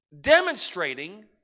demonstrating